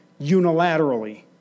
unilaterally